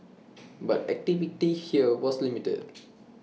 but activity here was limited